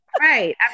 Right